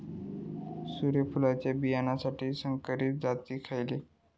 सूर्यफुलाच्या बियानासाठी संकरित जाती खयले?